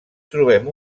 trobem